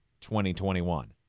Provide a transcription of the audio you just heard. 2021